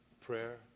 Prayer